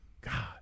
God